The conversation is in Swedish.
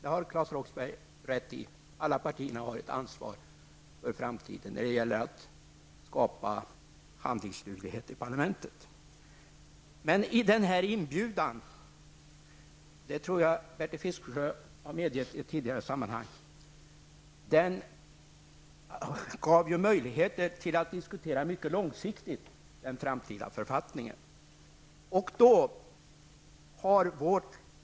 Claes Roxbergh har rätt i det, alla partier har ett ansvar för framtiden när det gäller att skapa handlingsduglighet i parlamentet. Vår inbjudan gav emellertid möjligheter till att mycket långsiktigt diskutera den framtida författningen, vilket jag tror att Bertil Fiskesjö har medgett i ett tidigare sammanhang.